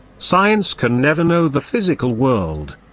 science can never know the physical world.